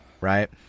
right